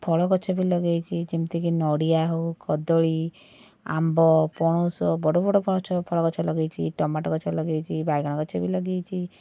ଫଳଗଛ ବି ଲଗେଇଛି ଯେମିତି କି ନଡ଼ିଆ ହଉ କଦଳୀ ଆମ୍ବ ପଣସ ବଡ଼ବଡ଼ଗଛ ଫଳଗଛ ଲଗେଇଛି ଟମାଟୋଗଛ ଲଗେଇଛି ବାଇଗଣଗଛ ବି ଲଗେଇଛି